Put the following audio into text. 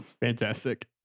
fantastic